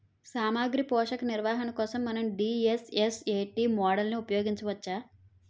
సామాగ్రి పోషక నిర్వహణ కోసం మనం డి.ఎస్.ఎస్.ఎ.టీ మోడల్ని ఉపయోగించవచ్చా?